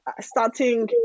starting